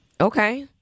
Okay